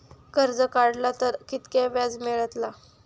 कर्ज काडला तर कीतक्या व्याज मेळतला?